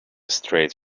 straight